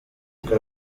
kuko